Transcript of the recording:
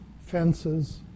fences